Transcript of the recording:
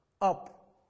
up